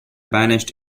banished